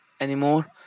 anymore